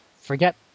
forget